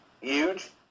huge